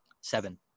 Seven